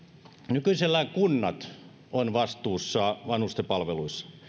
nykyisellään kunnat ovat vastuussa vanhusten palveluista